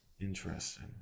Interesting